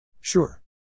Sure